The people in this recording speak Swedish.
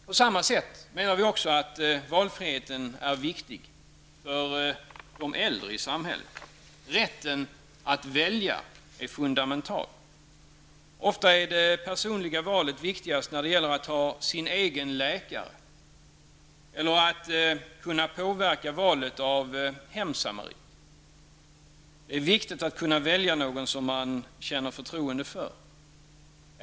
På samma sätt menar vi också att valfriheten är viktig för de äldre i samhället. Rätten att välja är fundamental. Ofta är det personliga valet viktigast när det gäller att ha sin egen läkare eller att kunna påverka valet av hemsamarit. Det är viktigt att kunna välja någon som man känner förtroende för.